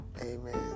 amen